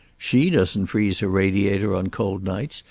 she doesn't freeze her radiator on cold nights,